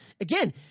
again